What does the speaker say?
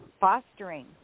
fostering